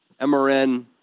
MRN